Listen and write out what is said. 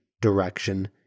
direction